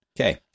Okay